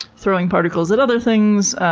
throwing particles at other things,